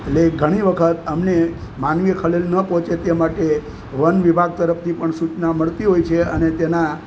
એટલે ઘણી વખત અમને માનવીય ખલેલ ન પહોંચે તે માટે વનવિભાગ તરફથી પણ સૂચના મળતી હોય છે અને તેના